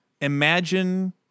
imagine